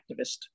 activist